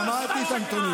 שמעת את הנתונים?